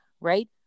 right